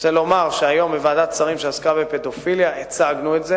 אני רוצה לומר שהיום בוועדת שרים שעסקה בפדופיליה הצגנו את זה,